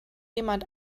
jemand